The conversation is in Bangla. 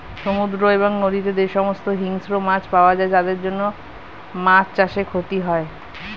সমুদ্র এবং নদীতে যে সমস্ত হিংস্র মাছ পাওয়া যায় তাদের জন্য মাছ চাষে ক্ষতি হয়